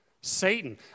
Satan